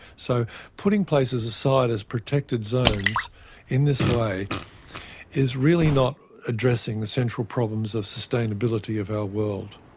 so putting places aside as protected zones in this way is really not addressing the central problems of sustainability of our world.